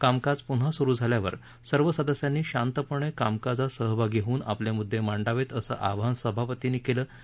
कामकाज पुन्हा सुरू झाल्यावर सर्व सदस्यांनी शांतपणक्रिमकाजात सहभागी होऊन आपलक्षिप्रिंडावक्रिसं आवाहन सभापतींनी कलि